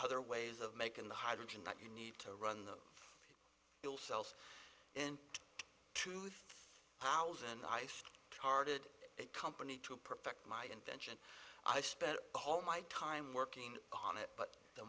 other ways of making the hydrogen that you need to run the bill self in two thousand ice hearted that company to protect my invention i spent all my time working on it but the